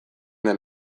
den